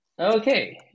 Okay